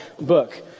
book